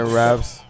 raps